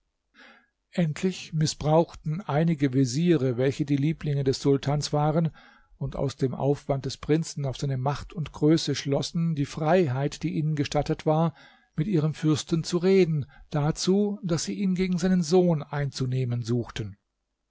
endlich mißbrauchten einige veziere welche die lieblinge des sultans waren und aus dem aufwand des prinzen auf seine macht und größe schlossen die freiheit die ihnen gestattet war mit ihrem fürsten zu reden dazu daß sie ihn gegen seinen sohn einzunehmen suchten